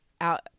out